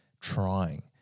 trying